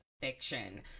fiction